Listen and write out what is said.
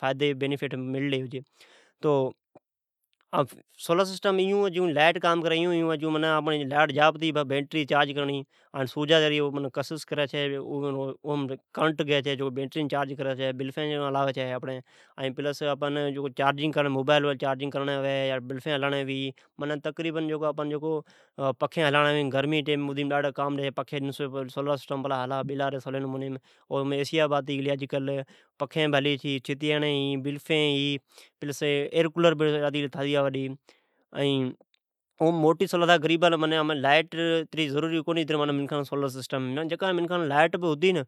فائیدی مللی ھی تو سولرسسٹم ایون ہے جون لائیٹ ہے بینٹری چارج اوا سورجا جی ذرعی کشش کری چھےء کرنٹ گئی چھی بینٹری چارج کری ۔ بلف ھلائی چھے آپنڑ ۔مبائیل چرج کرین چھی آ پنڑ بلفین پکھین ھلاوی ۔ پکھئن ڈن سجو پلا ھلاوی نولا ری ء بیلا ری آپکی ۔ آج کل ایسیا ،پکھین، بلفیء ایرکولر آتی گلی ٹھڈی ھوی ڈئی ۔ ھمین لائیٹ اتری ضروری کونے جکا منکھان ٹھ